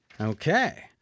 Okay